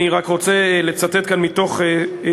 אני רק רוצה לצטט כאן, מתוך סעיף